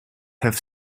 have